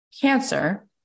cancer